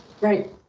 Right